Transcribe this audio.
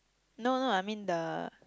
no no I mean the